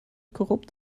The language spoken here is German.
korrupt